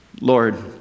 Lord